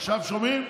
עכשיו שומעים?